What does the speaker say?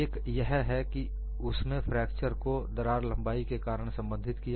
एक यह है कि उसने फ्रैक्चर को दरार लंबाई के कारण संबंधित किया